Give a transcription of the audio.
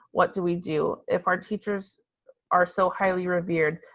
what do we do? if our teachers are so highly revered,